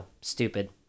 stupid